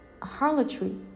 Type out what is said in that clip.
Harlotry